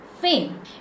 fame